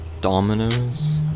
Dominoes